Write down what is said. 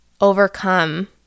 overcome